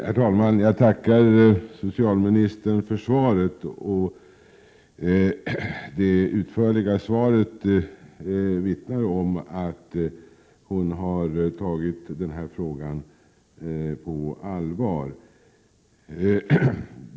Herr talman! Jag tackar socialministern för svaret. Det utförliga svaret vittnar om att socialministern har tagit denna fråga på allvar.